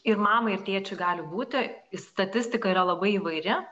ir mamai ir tėčiui gali būti į statistiką yra labai įvairi